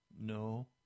No